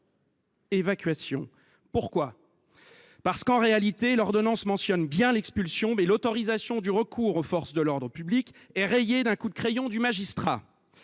évacuation. Pourquoi ? Parce qu’en réalité l’ordonnance mentionne bien l’expulsion, mais l’autorisation du recours à la force publique est rayée d’un coup de crayon du magistrat…